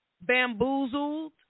Bamboozled